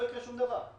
לא יקרה שום דבר.